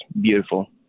beautiful